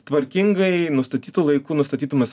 tvarkingai nustatytu laiku nustatytomis